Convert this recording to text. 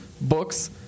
books